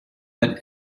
let